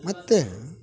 ಮತ್ತು